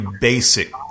basic